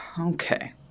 Okay